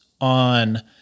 on